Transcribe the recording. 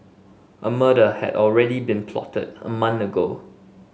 a murder had already been plotted a month ago